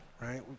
right